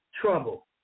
trouble